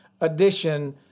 edition